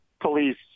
police